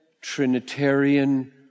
Trinitarian